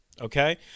okay